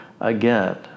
again